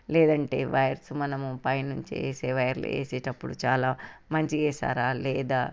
లేదంటే వైర్స్ మనము పైనుంచి వేసే వైర్లు వేసేటప్పుడు చాలా మంచిగా వేసారా లేదా